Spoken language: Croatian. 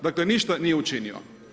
Dakle ništa nije učinio.